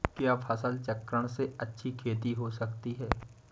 क्या फसल चक्रण से अच्छी खेती हो सकती है?